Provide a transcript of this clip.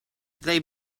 they